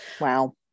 Wow